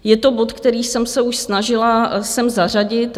Je to bod, který jsem se už snažila sem zařadit.